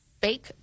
fake